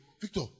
Victor